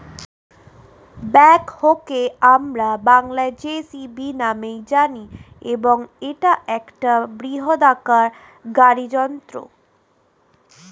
ব্যাকহোকে আমরা বংলায় জে.সি.বি নামেই জানি এবং এটা একটা বৃহদাকার গাড়ি যন্ত্র